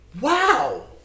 wow